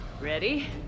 Ready